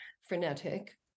frenetic